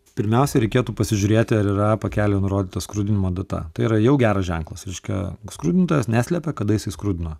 pirmiausia reikėtų pasižiūrėti ar yra pakelyje nurodyta skrudinimo data tai yra jau geras ženklas reiškia skrudintojas neslepia kada jisai skrudino